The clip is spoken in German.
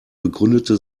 begründete